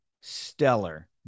stellar